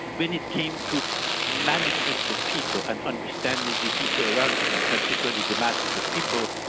when it came to management of people and understanding the people around him, and particularly the masses of people,